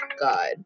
God